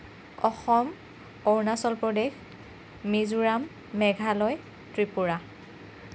Assam Arunachal Pradesh Mizoram Meghalaya Tripura